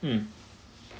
mm